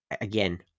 Again